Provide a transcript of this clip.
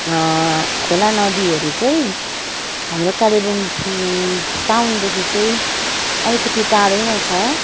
खोला नदीहरू चाहिँ हाम्रो कालेबुङ टाउनदेखि चाहिँ अलिकति टाढैमा छ